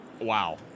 wow